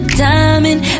diamond